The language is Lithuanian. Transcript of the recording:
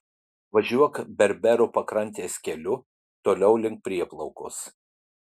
važiuok berberų pakrantės keliu toliau link prieplaukos